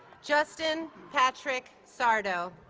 justin patric sardo